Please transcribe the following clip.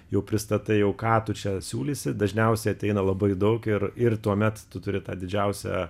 jau pristatai jau ką tu čia siūlysi dažniausiai ateina labai daug ir ir tuomet tu turi tą didžiausią